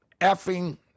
effing